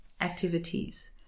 activities